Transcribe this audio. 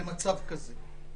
במצב שכזה.